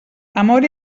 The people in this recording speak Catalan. amor